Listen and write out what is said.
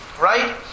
right